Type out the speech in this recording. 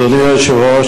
אדוני היושב-ראש,